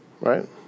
Right